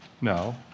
No